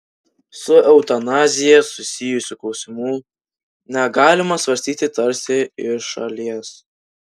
su eutanazija susijusių klausimų negalima svarstyti tarsi iš šalies